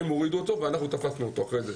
הם הורידו אותו ואנחנו תפסנו אותו אחר כך.